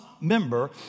member